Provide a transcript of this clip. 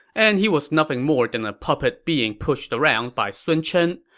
and he was nothing more than a puppet being pushed around by sun chen.